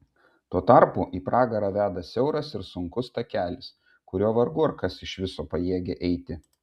tuo tarpu į pragarą veda siauras ir sunkus takelis kuriuo vargu ar kas iš viso pajėgia eiti